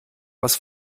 aus